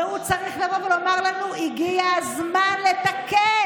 והוא צריך לבוא ולומר לנו: הגיע הזמן לתקן,